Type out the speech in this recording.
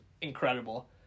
incredible